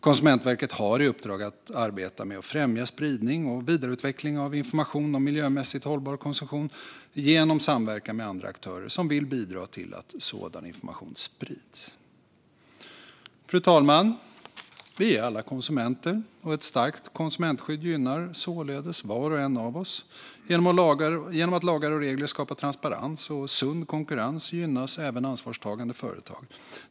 Konsumentverket har i uppdrag att arbeta med att främja spridning och vidareutveckling av information om miljömässigt hållbar konsumtion genom samverkan med andra aktörer som vill bidra till att sådan information sprids. Fru talman! Vi är alla konsumenter, och ett starkt konsumentskydd gynnar således var och en av oss. Genom att lagar och regler skapar transparens och sund konkurrens gynnas även ansvarstagande företag.